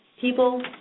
People